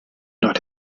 nod